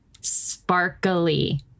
sparkly